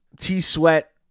T-Sweat